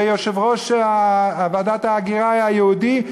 ויושב-ראש ועדת ההגירה היה יהודי,